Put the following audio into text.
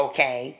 Okay